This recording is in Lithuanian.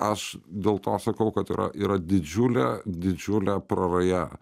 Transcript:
aš dėl to sakau kad yra yra didžiulė didžiulė praraja